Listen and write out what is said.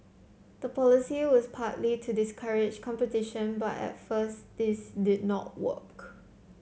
the policy was partly to discourage competition but at first this did not work